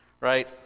right